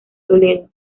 toledo